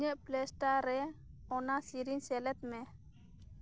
ᱤᱧᱟᱹᱜ ᱯᱞᱮᱥᱴᱟᱨ ᱨᱮ ᱚᱱᱟ ᱥᱮᱨᱮᱧ ᱥᱮᱞᱮᱫ ᱢᱮ